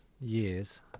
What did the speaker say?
Years